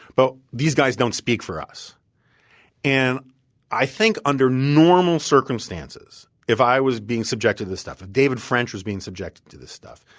but these guys don't speak for us and i think under normal circumstances, if i was being subjected to this stuff, david french was being subjected to this stuff,